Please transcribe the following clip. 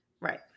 Right